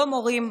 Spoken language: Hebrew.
לא מורים,